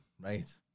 right